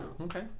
Okay